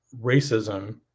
racism